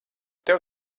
tev